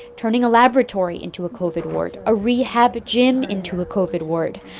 turning a laboratory into a covid ward, a rehab gym into a covid ward.